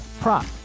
prop